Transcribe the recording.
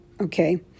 Okay